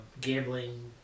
gambling